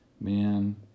Man